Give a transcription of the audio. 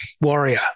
warrior